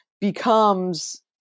becomes